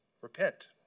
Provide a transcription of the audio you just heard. Repent